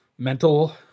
Mental